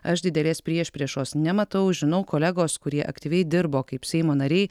aš didelės priešpriešos nematau žinau kolegos kurie aktyviai dirbo kaip seimo nariai